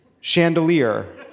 chandelier